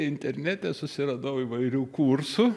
internete susiradau įvairių kursų